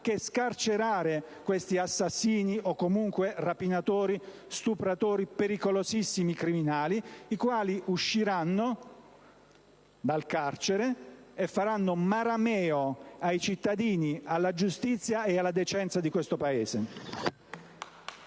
che scarcerare questi assassini, rapinatori o stupratori - in ogni caso pericolosissimi criminali - i quali usciranno dal carcere e faranno marameo ai cittadini, alla giustizia a alla decenza di questo Paese.